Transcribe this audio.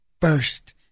burst